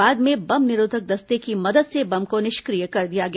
बाद में बम निरोधक दस्ते की मदद से बम को निष्किय कर दिया गया